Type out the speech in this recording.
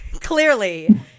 clearly